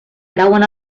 trauen